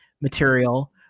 material